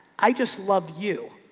i just love you.